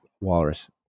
walrus